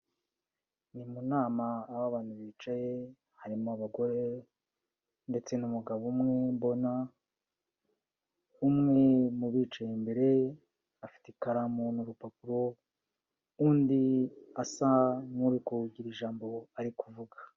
Ni mu nama, aho abantu bicaye harimo abagore ndetse n'umugabo umwe mbona, umwe mu bicaye imbere afite ikaramu n'urupapuro, undi asa nk'uri kugira ijambo ari kuvuga.